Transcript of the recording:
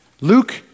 Luke